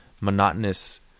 monotonous